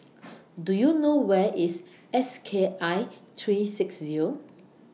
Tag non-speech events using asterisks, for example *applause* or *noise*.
*noise* Do YOU know Where IS S K I three six Zero